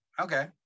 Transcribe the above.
okay